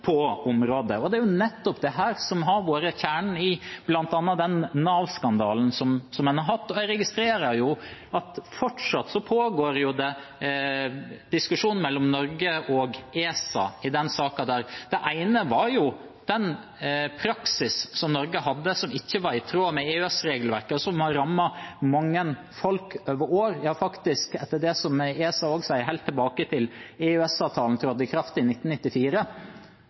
på området. Det er nettopp dette som har vært kjernen i bl.a. i den Nav-skandalen som en har hatt. Jeg registrerer at det fortsatt pågår diskusjon mellom Norge og ESA i den saken. Det ene var den praksisen som Norge hadde, som ikke var i tråd med EØS-regelverket, og som har rammet mange folk over år, ja, faktisk, etter det som ESA sier, helt tilbake til EØS-avtalen trådte i kraft i 1994.